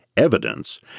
evidence